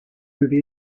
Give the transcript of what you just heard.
movie